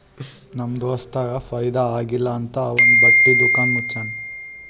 ನಮ್ ದೋಸ್ತಗ್ ಫೈದಾ ಆಲಿಲ್ಲ ಅಂತ್ ಅವಂದು ಬಟ್ಟಿ ದುಕಾನ್ ಮುಚ್ಚನೂ